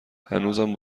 هنوزم